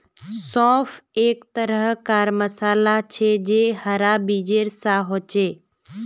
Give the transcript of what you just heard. सौंफ एक तरह कार मसाला छे जे हरा बीजेर सा होचे